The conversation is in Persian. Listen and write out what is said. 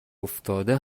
افتاده